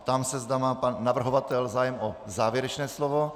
Ptám se, zda má pan navrhovatel zájem o závěrečné slovo.